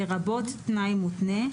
לרבות תנאי מותנה,